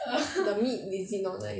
the meat is is not nice [one]